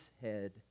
head